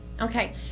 Okay